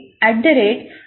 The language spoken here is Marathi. iisctagmail